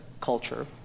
culture